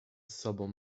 sobą